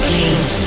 Please